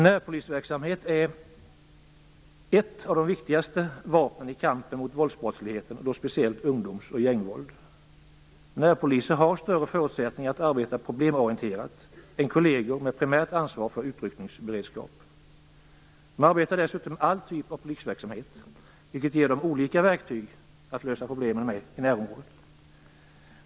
Närpolisverksamhet är ett av de viktigaste vapnen i kampen mot våldsbrottsligheten, och då speciellt ungdoms och gängvåld. Närpoliser har större förutsättningar att arbeta problemorienterat än kolleger med primärt ansvar för utryckningsberedskap. De arbetar dessutom med all typ av polisverksamhet, vilket ger dem olika verktyg att lösa problemen med i närområdet.